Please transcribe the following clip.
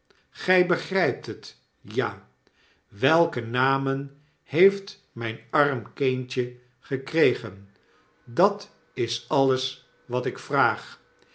gij begrypt het ja welke namen heeft myn arm kindje gekregen dat is alles wat ik vraag